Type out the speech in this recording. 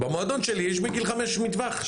במועדון שלי יש מגיל 5 מטווח.